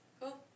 Cool